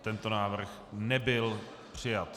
Tento návrh nebyl přijat.